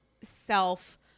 self